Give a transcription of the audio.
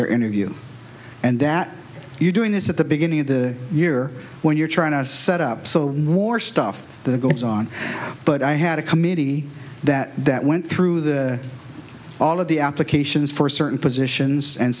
their interview and that you're doing this at the beginning of the year when you're trying to set up so war stuff that goes on but i had a committee that that went through the all of the applications for certain positions and